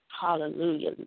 Hallelujah